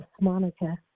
Monica